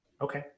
Okay